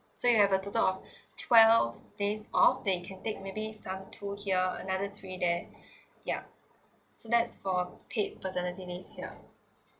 so you have a total of twelve days off that you can take maybe some two here another three there ya so that's for paid paternity leave ya